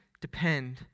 depend